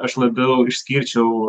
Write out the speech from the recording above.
aš labiau išskirčiau